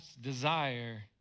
desire